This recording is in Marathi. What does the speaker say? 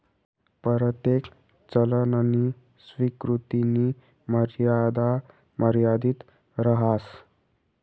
परतेक चलननी स्वीकृतीनी मर्यादा मर्यादित रहास